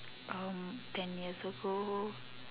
um ten years ago